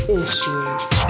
issues